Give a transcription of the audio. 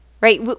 right